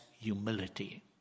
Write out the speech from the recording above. humility